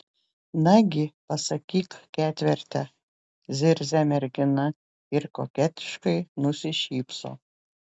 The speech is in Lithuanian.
nagi pasakyk ketverte zirzia mergina ir koketiškai nusišypso